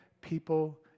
people